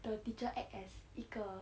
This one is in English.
the teacher act as 一个